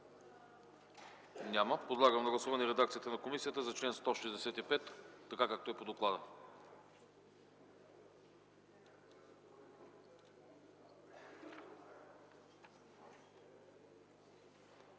Няма. Подлагам на гласуване редакцията на комисията за чл. 165, така както е по доклада.